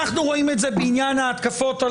אנחנו רואים את זה בעניין ההתקפות על